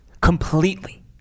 completely